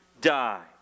die